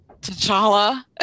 T'Challa